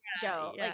Joe